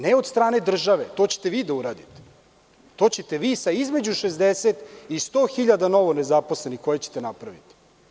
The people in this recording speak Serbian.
Ne od strane države, to ćete vi da uradite sa između 60.000 i 100.000 novonezaposlenih koje ćete napraviti.